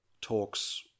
talks